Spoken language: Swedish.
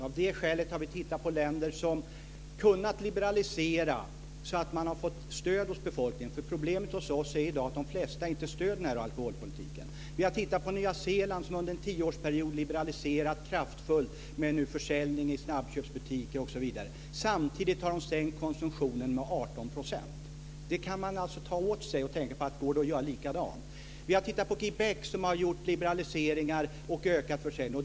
Av det skälet har vi tittat på länder som har kunnat liberalisera så att man har fått stöd hos befolkningen. Problemet hos oss är i dag att de flesta inte stöder alkoholpolitiken. Vi har tittat på Nya Zeeland som under en tioårsperiod har liberaliserat kraftfullt med försäljning i snabbköpsbutiker osv. Samtidigt har man sänkt konsumtionen med 18 %. Det kan vi ta åt oss och tänka: Går det att göra likadant? Vi har tittat på Québec som har gjort liberaliseringar och ökat försäljningen.